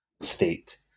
state